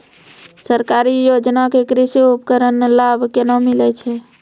सरकारी योजना के कृषि उपकरण लाभ केना मिलै छै?